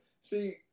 See